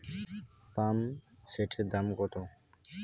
পাম্পসেটের দাম কত?